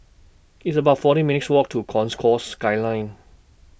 It's about fourteen minutes' Walk to Concourse Skyline